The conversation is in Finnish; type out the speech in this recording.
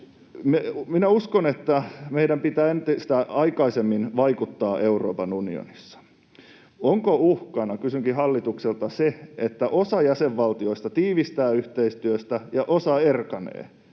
Minä uskon, että meidän pitää entistä aikaisemmin vaikuttaa Euroopan unionissa. Onko uhkana — kysynkin hallitukselta — se, että osa jäsenvaltioista tiivistää yhteistyötä ja osa erkanee?